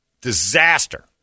Disaster